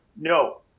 No